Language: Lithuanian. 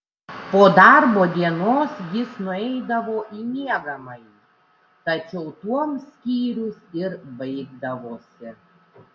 po darbo dienos jis nueidavo į miegamąjį tačiau tuom skyrius ir baigdavosi